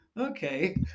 Okay